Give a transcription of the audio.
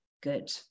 Good